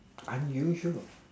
unusual